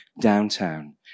downtown